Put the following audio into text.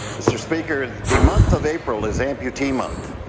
mr. speaker, the month of april is amputee month